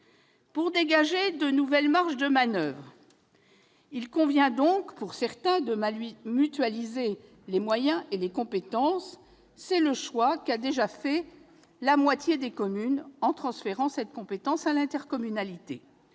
de dégager de nouvelles marges de manoeuvre, il convient, pour certains, de mutualiser les moyens et les compétences. C'est le choix qu'a déjà fait la moitié des communes en transférant cette compétence à l'intercommunalité.